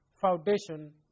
foundation